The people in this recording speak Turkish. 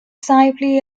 sahipliği